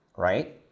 Right